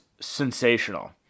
sensational